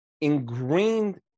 ingrained